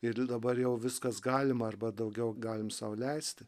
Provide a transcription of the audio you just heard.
ir dabar jau viskas galima arba daugiau galime sau leisti